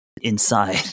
inside